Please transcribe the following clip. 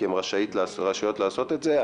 כי הן רשאיות לעשות את זה,